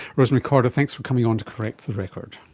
rosemary korda, thanks for coming on to correct the record.